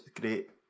great